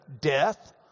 death